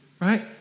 right